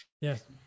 Yes